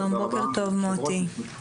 בוקר טוב מוטי.